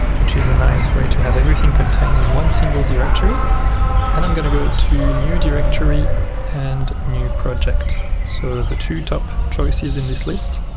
which is a nice way to have everything contained in one single directory and i'm going to go to new directory and new project so the two top choice is in this list